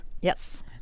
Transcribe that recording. Yes